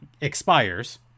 expires